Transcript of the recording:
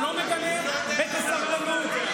הוא לא מגנה את הסרבנות.